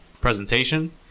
presentation